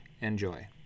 Enjoy